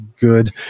good